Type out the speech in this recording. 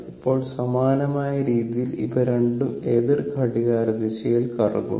ഇപ്പോൾ സമാനമായ രീതിയിൽ ഇവ രണ്ടും എതിർ ഘടികാരദിശയിൽ കറങ്ങുന്നു